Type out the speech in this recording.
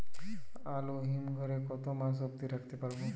আলু হিম ঘরে কতো মাস অব্দি রাখতে পারবো?